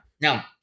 Now